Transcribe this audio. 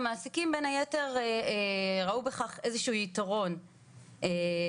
המעסיקים בין היתר ראו בכך איזה שהוא יתרון וחיסכון